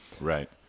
Right